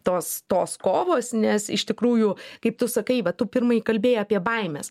tos tos kovos nes iš tikrųjų kaip tu sakai va tu pirmai kalbėjai apie baimes